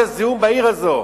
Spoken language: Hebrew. את הזיהום בעיר הזאת.